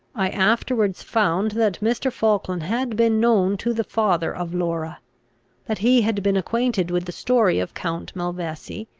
i afterwards found that mr. falkland had been known to the father of laura that he had been acquainted with the story of count malvesi,